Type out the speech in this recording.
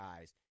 eyes